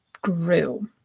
grew